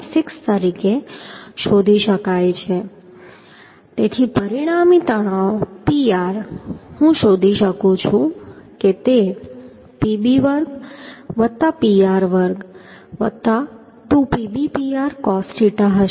6 તરીકે શોધી શકાય છે તેથી પરિણામી તણાવ Pr હું શોધી શકું છું કે તે Pb વર્ગ Pr વર્ગ 2 PbPr cos થીટા હશે